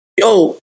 yo